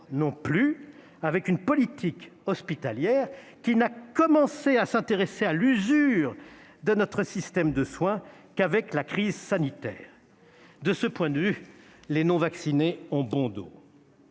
non plus avec une politique hospitalière qui n'a commencé à s'intéresser à l'usure de notre système de soins qu'avec la crise sanitaire. De ce point de vue, les non-vaccinés ont bon dos